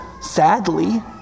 sadly